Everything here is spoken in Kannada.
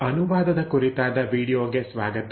ಅನುವಾದದ ಕುರಿತಾದ ವೀಡಿಯೊಗೆ ಸ್ವಾಗತ